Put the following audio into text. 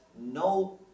no